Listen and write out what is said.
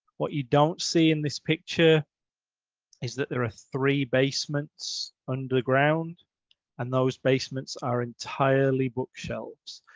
what you don't see in this picture is that there are three basements underground and those basements are entirely bookshelves.